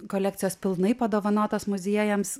kolekcijos pilnai padovanotos muziejams